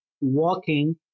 walking